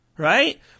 Right